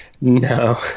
No